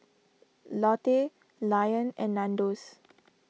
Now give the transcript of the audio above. Lotte Lion and Nandos